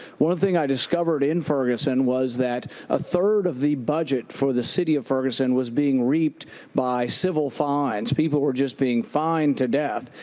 one thing i discovered in ferguson was that a third of the budget for the city of ferguson was being reaped by civil fines. people were just being fined to death.